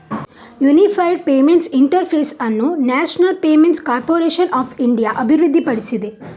unified payments interface ಅನ್ನು national payments corporation of India ಅಭಿವೃದ್ಧಿಪಡಿಸಿದೆ